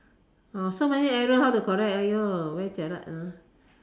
orh so many error how to correct !aiyo! very jialat hor